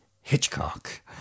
Hitchcock